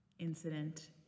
incident